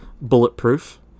Bulletproof